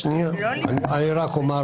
אני רק אומר,